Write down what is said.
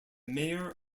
mayor